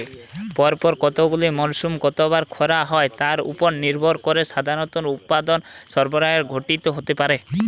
পরপর কতগুলি মরসুমে কতবার খরা হয় তার উপর নির্ভর করে সাধারণত উৎপাদন সরবরাহের ঘাটতি হতে পারে